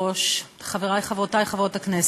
היושב-ראש, תודה רבה, חברי וחברותי חברות הכנסת,